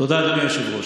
תודה, אדוני היושב-ראש.